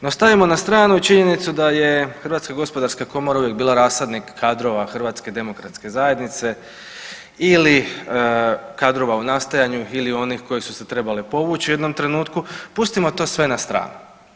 No, stavimo na stranu i činjenicu da je HGK uvijek bila rasadnik kadrova HDZ-a ili kadrova u nastajanju ili onih koji su se trebali povući u jednom trenutku, pustimo to sve na stranu.